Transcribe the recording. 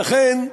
לכן,